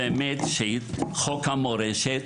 שהיא חוק המורשת,